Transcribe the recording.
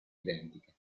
identiche